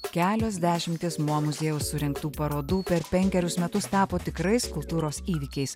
kelios dešimtys mo muziejaus surengtų parodų per penkerius metus tapo tikrais kultūros įvykiais